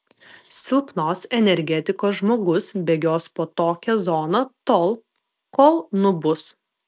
silpnos energetikos žmogus bėgios po tokią zoną tol kol nubus